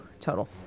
total